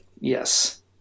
Yes